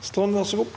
for saken):